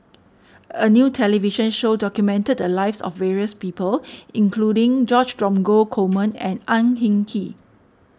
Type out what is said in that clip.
a new television show documented the lives of various people including George Dromgold Coleman and Ang Hin Kee